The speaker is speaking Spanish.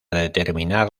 determinar